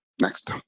next